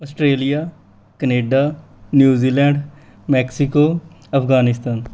Australia Canada New Zealand Mexico Afghanistan